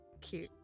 Cute